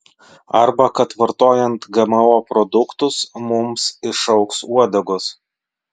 arba kad vartojant gmo produktus mums išaugs uodegos